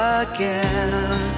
again